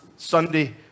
Sunday